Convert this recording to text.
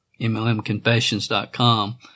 mlmconfessions.com